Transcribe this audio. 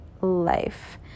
life